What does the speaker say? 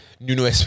Nuno